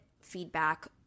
feedback